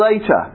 later